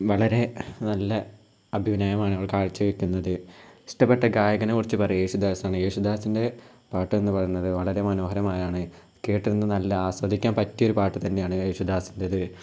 വളരെ നല്ല അഭിനയമാണ് അവൾ കാഴ്ചവെക്കുന്നത് ഇഷ്ടപ്പെട്ട ഗായകനെക്കുറിച്ച് പറയാൻ യേശുദാസാണ് യേശുദാസിൻ്റെ പാട്ടെന്ന് പറയുന്നത് വളരെ മനോഹരമായാണ് കേട്ടിരുന്ന് നല്ല ആസ്വദിക്കാൻ പറ്റിയൊരു പാട്ട് തന്നെയാണ് യേശുദാസിൻ്റെത്